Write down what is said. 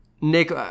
nick